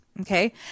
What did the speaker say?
Okay